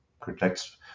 protects